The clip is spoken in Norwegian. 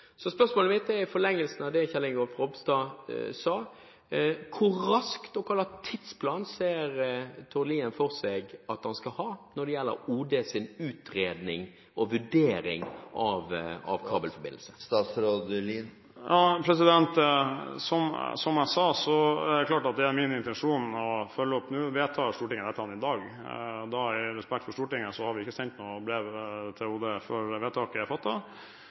Så spørsmålet mitt er i forlengelsen av det som Kjell Ingolf Ropstad sa: Hvor raskt – og hvilken tidsplan ser Tord Lien for seg at han skal ha når det gjelder ODs utredning, og vurdering, av kabelforbindelse? Som jeg sa, er det klart at det er min intensjon å følge opp. Nå vedtar Stortinget dette i dag, og da har jeg respekt for Stortinget – vi har ikke sendt noe brev til OD før vedtaket er